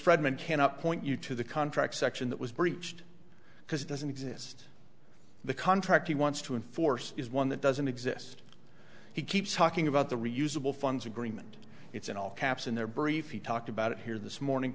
friedman cannot point you to the contract section that was breached because it doesn't exist the contract he wants to enforce is one that doesn't exist he keeps talking about the reusable funds agreement it's in all caps in their briefs he talked about it here this morning